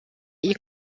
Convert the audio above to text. est